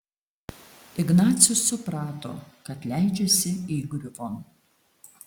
ignacius suprato kad leidžiasi įgriuvon